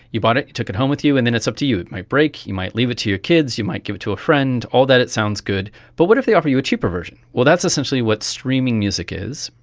you bought it, you took it home with you, and then it's up to you. it might break, you might leave it to your kids, you might give it to a friend, all that sounds good. but what if they offer you a cheaper version? well, that's essentially what streaming music is,